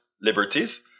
liberties